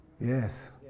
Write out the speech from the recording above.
Yes